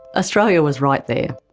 australia was right there.